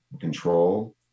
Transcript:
control